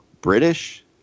British